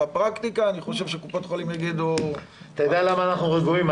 בפרקטיקה אני חושב שבתי החולים יגידו --- אתה יודע למה אנחנו רגועים?